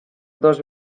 dos